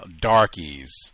darkies